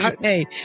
Hey